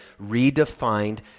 redefined